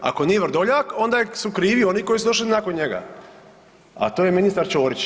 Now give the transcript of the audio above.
Ako nije Vrdoljak onda su krivi oni koji su došli nakon njega, a to je ministar Ćorić.